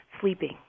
sleeping